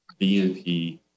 BNP